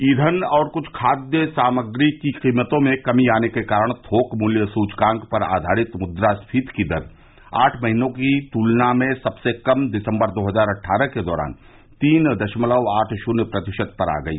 ईधन और क्छ खाद्य सामग्री की कीमतों में कमी आने के कारण थोक मूल्य सूचकांक पर आधारित मुद्रास्फीति की दर आठ महीनों की तुलना में सबसे कम दिसंबर दो हजार अट्ठारह के दौरान तीन दशमलव आठ शून्य प्रतिशत पर आ गई